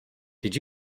did